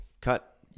cut